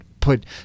put